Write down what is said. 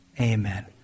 Amen